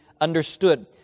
understood